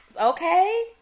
Okay